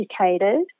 educated